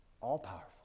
All-powerful